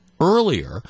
earlier